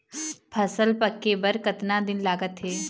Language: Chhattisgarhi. फसल पक्के बर कतना दिन लागत हे?